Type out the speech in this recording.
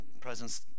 presence